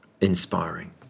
inspiring